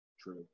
True